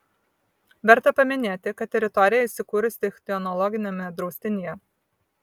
verta paminėti kad teritorija įsikūrusi ichtiologiniame draustinyje